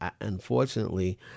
unfortunately